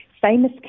famous